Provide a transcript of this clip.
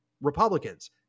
Republicans